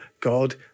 God